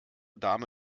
dame